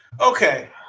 Okay